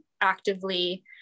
actively